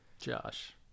Josh